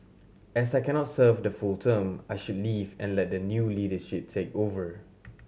as I cannot serve the full term I should leave and let the new leadership take over